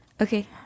Okay